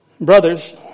brothers